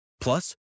Plus